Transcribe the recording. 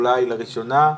אולי לראשונה,